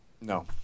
no